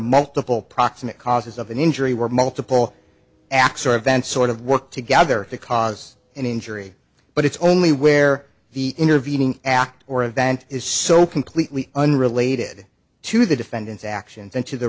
multiple proximate causes of an injury where multiple acts or events sort of work together to cause an injury but it's only where the intervening act or event is so completely unrelated to the defendant's actions a